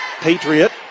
Patriot